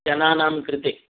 जनानां कृते